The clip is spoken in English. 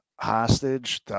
Hostage